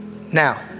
Now